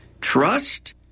Trust